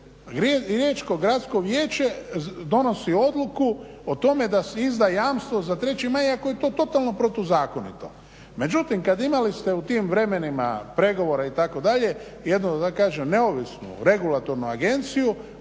Riječko gradsko vijeće donosi odluku o tome da izda jamstvo za 3. Maj iako je to totalno protuzakonito. Međutim, kad imali ste u tim vremenima pregovora itd. jednu da tako kažem neovisnu regulatornu agenciju,